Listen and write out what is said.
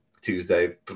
Tuesday